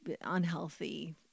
Unhealthy